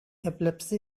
epilepsy